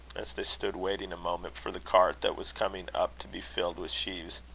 as they stood waiting a moment for the cart that was coming up to be filled with sheaves,